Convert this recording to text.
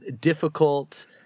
difficult